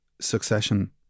succession